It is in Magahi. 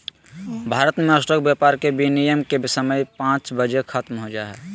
भारत मे स्टॉक व्यापार के विनियम के समय पांच बजे ख़त्म हो जा हय